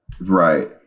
Right